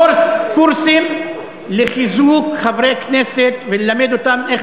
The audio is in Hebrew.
קורסים לחיזוק חברי כנסת וללמד אותם איך